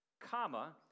comma